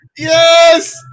Yes